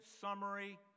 summary